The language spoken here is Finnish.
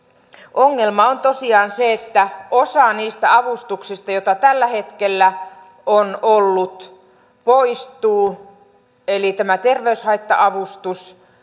ongelma on tosiaan se että osa niistä avustuksista joita tällä hetkellä on ollut poistuu eli tämä terveyshaitta avustus